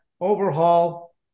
Overhaul